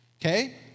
Okay